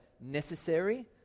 necessary